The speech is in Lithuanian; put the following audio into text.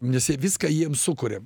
nes jie viską jiem sukuria